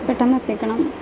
പെട്ടെന്ന് എത്തിക്കണം